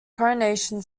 coronation